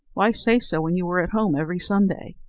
why say so when you were at home every sunday?